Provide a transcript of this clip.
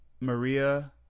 Maria